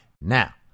Now